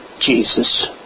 Jesus